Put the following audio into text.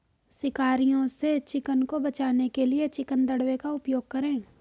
शिकारियों से चिकन को बचाने के लिए चिकन दड़बे का उपयोग करें